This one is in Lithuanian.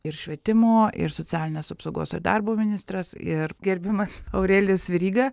ir švietimo ir socialinės apsaugos ir darbo ministras ir gerbiamas aurelijus veryga